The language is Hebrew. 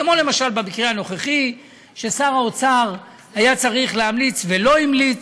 כמו למשל במקרה הנוכחי ששר האוצר היה צריך להמליץ ולא המליץ,